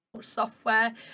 software